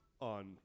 on